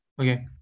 okay